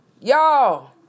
Y'all